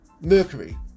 Mercury